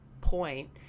point